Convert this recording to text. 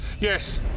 Yes